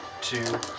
two